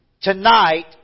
tonight